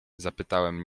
zapytałem